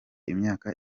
imyaka